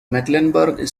mecklenburg